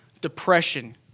depression